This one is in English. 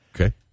Okay